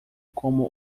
como